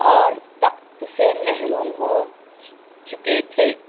اور تخت سے محروم ہو چکے تھے